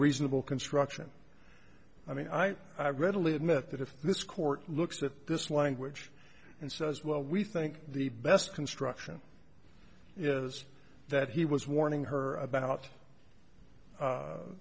reasonable construction i mean i i readily admit that if this court looks at this language and says well we think the best construction is that he was warning her about